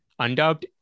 undubbed